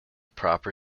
proper